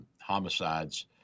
homicides